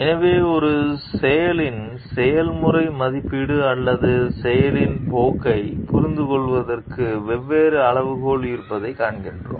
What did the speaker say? எனவே ஒரு செயலின் நெறிமுறை மதிப்பீடு அல்லது செயலின் போக்கைப் புரிந்துகொள்வதற்கு வெவ்வேறு அளவுகோல்கள் இருப்பதைக் காண்கிறோம்